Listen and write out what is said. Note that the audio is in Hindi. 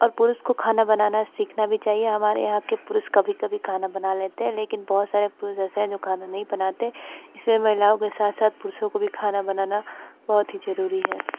और पुरूष को खाना बनाना सीखना भी चाहिए हमारे यहाँ के पुरुष कभी कभी खाना बना लेते हैं लेकिन बहुत सारे पुरूष ऐसे हैं जो खाना नहीं बनाते इसमें महिलाओ के साथ साथ पुरुषों को भी खाना बनाना बहुत ही जरूरी है